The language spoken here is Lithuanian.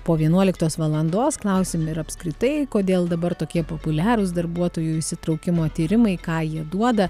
po vienuoliktos valandos klausim ir apskritai kodėl dabar tokie populiarūs darbuotojų įsitraukimo tyrimai ką jie duoda